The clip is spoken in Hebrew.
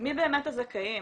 מי באמת הזכאים,